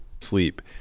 sleep